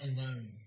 alone